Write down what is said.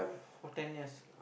for ten years